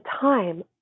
time